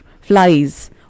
flies